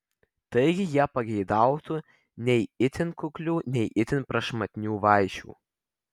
taigi jie pageidautų nei itin kuklių nei itin prašmatnių vaišių